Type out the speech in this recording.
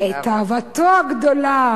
את אהבתו הגדולה.